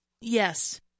Yes